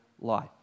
life